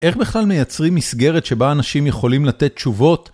איך בכלל מייצרים מסגרת שבה אנשים יכולים לתת תשובות?